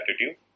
attitude